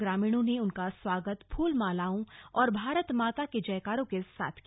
ग्रामीणों ने उनका स्वागत फूल मालाओं और भारत माता के जयकारों के साथ किया